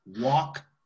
walk